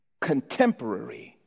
contemporary